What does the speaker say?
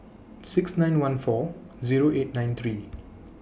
six nine one four Zero eight nine three